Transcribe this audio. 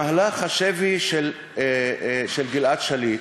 במהלך השבי של גלעד שליט,